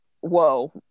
whoa